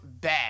bad